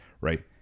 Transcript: right